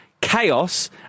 Chaos